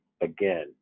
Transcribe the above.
again